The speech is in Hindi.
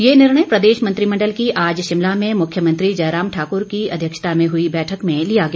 ये निर्णय प्रदेश मंत्रिमंडल की आज शिमला में मुख्यमंत्री जयराम ठाकुर की अध्यक्षता में हुई बैठक में लिया गया